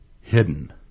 hidden